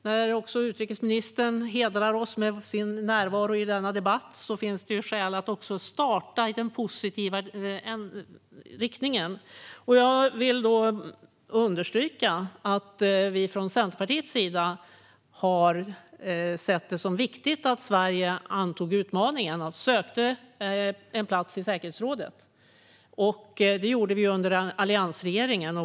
När utrikesministern hedrar oss med sin närvaro i denna debatt finns det skäl att starta i en positiv riktning. Jag vill understryka att vi från Centerpartiets sida såg det som viktigt att Sverige antog utmaningen att söka en plats i säkerhetsrådet. Det skedde under alliansregeringen.